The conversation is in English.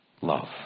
love